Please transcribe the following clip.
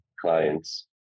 clients